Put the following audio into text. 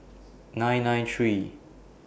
nine nine three